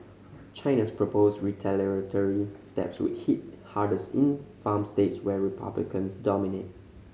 China's proposed retaliatory steps would hit hardest in farm states where Republicans dominate